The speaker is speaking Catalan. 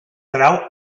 trau